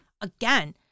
Again